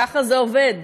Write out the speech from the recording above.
ככה זה עובד.